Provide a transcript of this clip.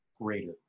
greater